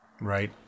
Right